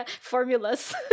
formulas